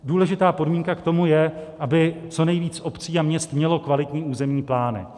Důležitá podmínka k tomu je, aby co nejvíc obcí a měst mělo kvalitní územní plány.